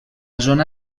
zona